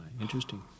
Interesting